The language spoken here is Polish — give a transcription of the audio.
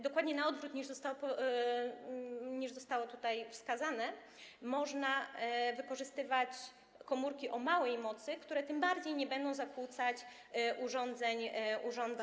Dokładnie na odwrót, niż zostało tutaj wskazane - można wykorzystywać komórki o małej mocy, które tym bardziej nie będą zakłócać urządzeń UKE.